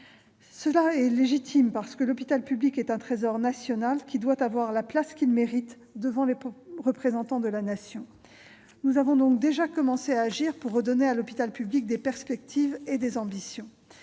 Cela est légitime parce que l'hôpital public est un trésor national, qui doit avoir la place qu'il mérite devant les représentants de la Nation. Nous avons donc déjà commencé à agir pour redonner à l'hôpital public des perspectives et des ambitions.